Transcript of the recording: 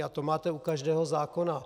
A to máte u každého zákona.